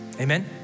amen